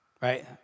Right